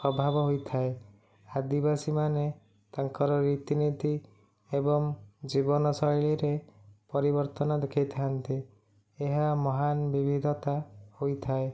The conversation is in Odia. ପ୍ରଭାବ ହୋଇଥାଏ ଆଦିବାସୀମାନେ ତାଙ୍କର ରୀତିନୀତି ଏବଂ ଜୀବନ ଶୈଳୀରେ ପରିବର୍ତ୍ତନ ଦେଖାଇଥାନ୍ତି ଏହା ମହାନ ବିବିଧତା ହୋଇଥାଏ